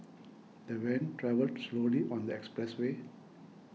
the van travelled slowly on the expressway